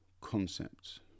concepts